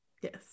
Yes